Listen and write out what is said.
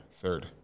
third